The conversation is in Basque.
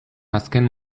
azken